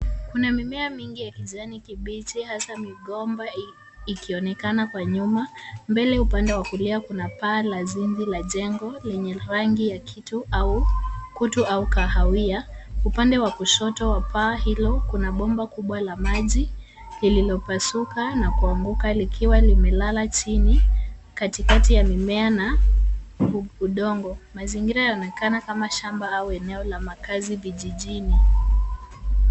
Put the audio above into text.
Kuna mimea mingi ya kijani kibichi hasa migomba ikionekana kwa nyuma. Mbele upande wa kulia kuna paa la zizi la jengo lenye rangi ya kitu au kutu au kahawia. Upande wa kushoto wa paa hilo, kuna bomba kubwa la maji lililopasuka na kuanguka likiwa limelala chini katikati ya mimea na udongo. Mazingira yaonekana kama shamba au eneo la makaazi vijijini.